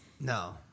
No